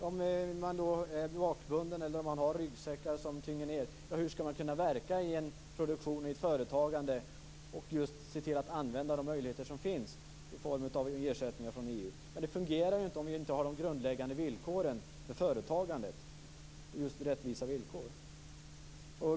Om man är bakbunden eller om man har ryggsäckar som tynger ned, ja, hur skall man kunna verka i en produktion och i ett företagande och se till att använda de möjligheter som finns i form av ersättningar från EU? Ja, det fungerar inte om vi inte har de grundläggande villkoren för företagandet - just rättvisa villkor.